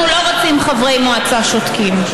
אנחנו לא רוצים חברי מועצה שותקים.